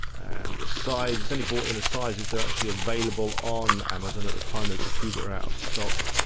and the size. it's only brought in the sizes that are actually available on amazon at the time, there's a few that are out of stock.